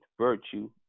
virtue